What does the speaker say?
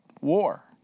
War